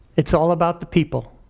it's all about the people.